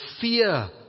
fear